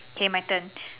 okay my turn